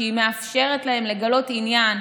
שמאפשרת להם לגלות עניין,